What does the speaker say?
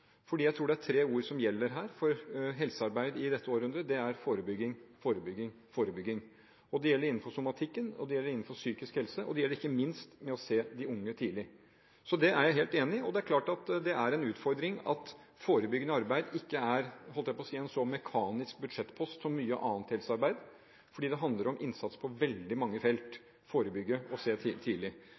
fordi jeg tror det er tre ord som gjelder for helsearbeid i dette århundret, og det er forebygging, forebygging og forebygging. Det gjelder innenfor somatikken, og det gjelder innenfor psykisk helse, og det gjelder ikke minst med å se de unge tidlig. Det er jeg helt enig i. Det er klart at det er en utfordring at forebyggende arbeid ikke er – holdt jeg på å si – en så mekanisk budsjettpost som mye annet helsearbeid er, fordi det handler om innsats på veldig mange felt – forebygge og se tidlig.